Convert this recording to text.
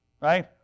right